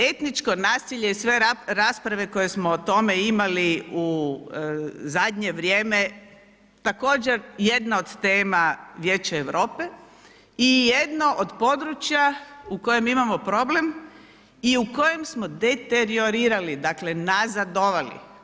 Etničko nasilje i sve rasprave koje smo o tome imali u zadnje vrijeme, također jedna od tema Vijeća Europe i jedno od područje u kojem imamo problem i u kojem smo deteriorirali, dakle nazadovali.